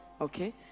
Okay